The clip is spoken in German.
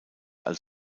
als